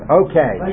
okay